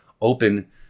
open